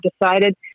decided